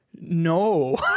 no